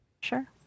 Sure